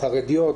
החרדיות,